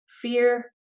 fear